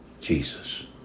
Jesus